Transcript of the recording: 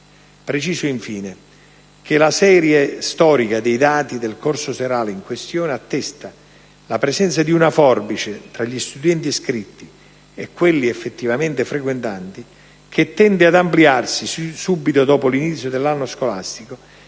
Preciso, infine, che la serie storica dei dati del corso serale in questione attesta la presenza di una forbice tra gli studenti iscritti e quelli effettivamente frequentanti, che tende ad ampliarsi subito dopo l'inizio dell'anno scolastico